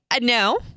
no